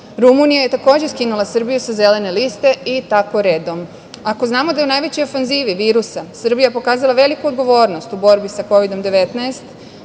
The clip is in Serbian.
Rumunija je takođe skinula Srbiju sa zelene liste i tako redom. Ako znamo da je u najvećoj ofanzivi virusa Srbija pokazala veliku odgovornost u borbi sa Kovid-19,